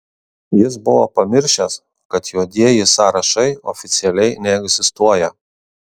jis buvo pamiršęs kad juodieji sąrašai oficialiai neegzistuoja